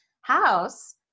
house